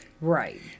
Right